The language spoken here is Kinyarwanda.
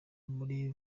muri